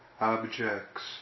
objects